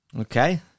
Okay